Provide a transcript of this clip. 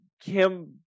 Kim